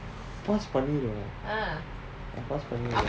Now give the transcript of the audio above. பாஸ்பண்ணிடுவேன்:pass panniduven